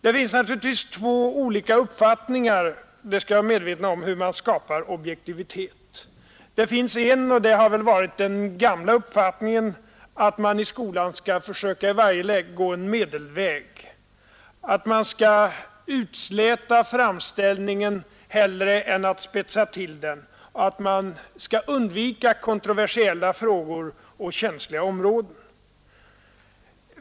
Det finns naturligtvis två olika uppfattningar om — det skall vi vara medvetna om — hur man skapar objektivitet. Den gamla uppfattningen har väl varit att man i skolan skall försöka att i varje läge gå en medelväg, att man skall utsläta framställningen hellre än att spetsa till den och att man skall undvika kontroversiella frågor och känsliga områden.